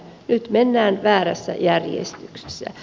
nyt mennään väärässä järjestyksessä